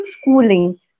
schooling